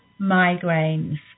migraines